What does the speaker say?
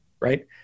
right